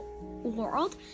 world